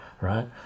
right